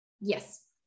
Yes